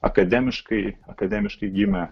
akademiškai akademiškai gimė